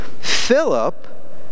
Philip